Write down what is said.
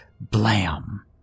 Blam